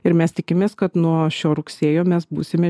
ir mes tikimės kad nuo šio rugsėjo mes būsime